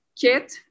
kit